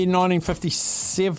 1957